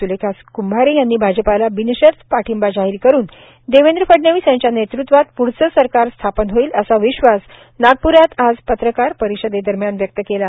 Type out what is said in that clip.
सुलेखा कुंभारे यांनी भाजपला विनशर्त पाठिंबा जाहीर करून देवेंद्र फडणवीस यांच्या नेतृत्वात पुढचे सरकार स्थापन होईल असा विश्वास नागप्रात आज पत्रपरिषदे दरम्यान व्यक्त केला